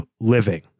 living